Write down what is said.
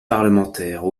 parlementaires